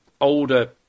older